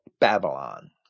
Babylon